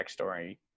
backstory